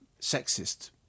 sexist